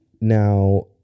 Now